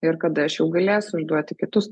ir kada aš jau galėsiu užduoti kitus